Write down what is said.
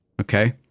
Okay